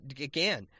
again